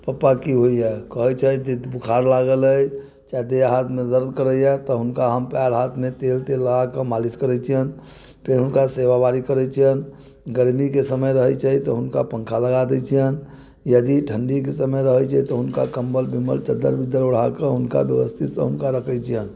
पप्पा की होइए कहै छथि जे बोखार लागल अइ चाहे देह हाथमे दर्द करैये तऽ हुनका हम पयर हाथमे तेल तेल लगाके मालिश करै छियनि फेर हुनका सेवा बारी करै छियनि गरमीके समय रहै छै तऽ हुनका पङ्खा लगा दै छियनि यदि ठण्डीके समय रहै छै तऽ हुनका कम्बल चद्दर उद्दर ओढ़ाके हुनका व्यवस्थितसँ हुनका रखै छियनि